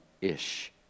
ish